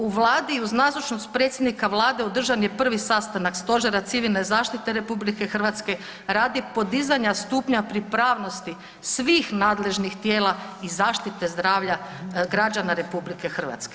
U Vladi uz nazočnost predsjednika Vlade održan je prvi sastanak Stožera civilne zaštite RH radi podizanja stupnja pripravnosti svih nadležnih tijela i zaštite zdravlja građana RH.